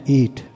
eat